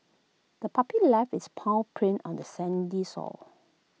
the puppy left its paw prints on the sandy sore